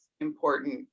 important